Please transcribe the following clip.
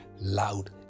loud